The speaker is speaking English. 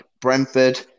Brentford